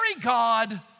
God